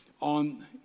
on